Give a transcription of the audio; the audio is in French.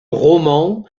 roman